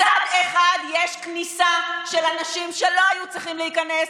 מצד אחד יש כניסה של אנשים שלא היו צריכים להיכנס,